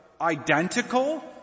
identical